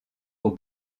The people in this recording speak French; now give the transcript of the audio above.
aux